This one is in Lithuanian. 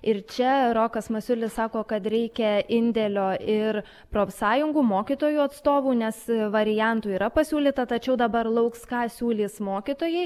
ir čia rokas masiulis sako kad reikia indėlio ir profsąjungų mokytojų atstovų nes variantų yra pasiūlyta tačiau dabar lauks ką siūlys mokytojai